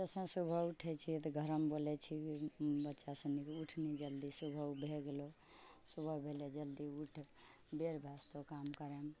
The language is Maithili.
जइसन सुबह उठै छिए तऽ घरऽ मे बोलै छिए कि बच्चासनीके उठ ने जल्दीसँ सुबह भऽ गेलौ सुबह भेलै जल्दी उठ बेर भऽ जेतौ काम करैमे